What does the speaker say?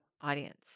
audience